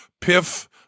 Piff